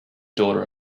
daughter